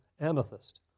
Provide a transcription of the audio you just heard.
amethyst